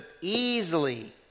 easily